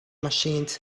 machines